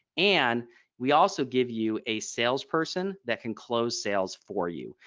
and we also give you a salesperson that can close sales for you.